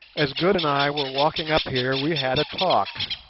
as good and i were walking up here we had a talk